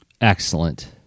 excellent